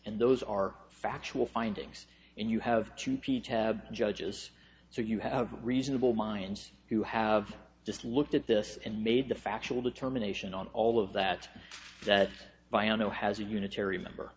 and those are factual findings and you have to teach have judges so you have reasonable minds who have just looked at this and made the factual determination on all of that that by i know has a unitary member